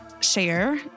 share